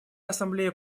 ассамблея